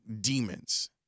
demons